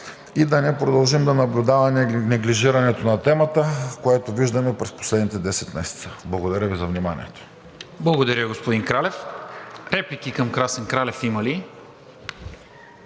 и да не продължим да наблюдаваме неглижирането на темата, което виждаме през последните 10 месеца. Благодаря Ви за вниманието. ПРЕДСЕДАТЕЛ НИКОЛА МИНЧЕВ: Благодаря, господин Кралев. Реплики към Красен Кралев има ли?